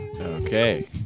Okay